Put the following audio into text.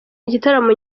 igitaramo